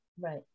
Right